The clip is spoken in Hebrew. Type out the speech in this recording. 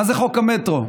מה זה חוק המטרו?